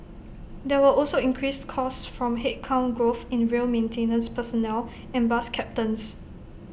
there were also increased costs from headcount growth in rail maintenance personnel and bus captains